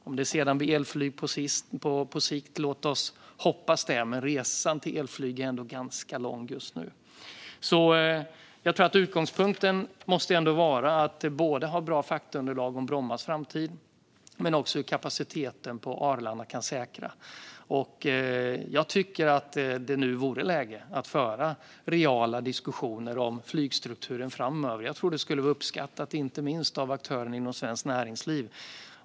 Låt oss hoppas att det blir elflyg på sikt, men resan till elflyg är ändå ganska lång just nu. Utgångspunkten måste vara att ha bra faktaunderlag om Brommas framtid men också om hur kapaciteten på Arlanda kan säkras. Jag tycker att det nu vore läge att föra reala diskussioner om flygstrukturen framöver. Jag tror att det skulle vara uppskattat av inte minst aktörerna inom svenskt näringsliv.